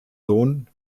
sohn